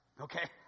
Okay